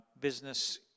business